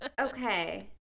okay